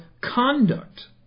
conduct